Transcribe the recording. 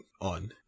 on